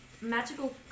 magical